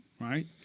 right